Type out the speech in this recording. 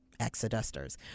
exodusters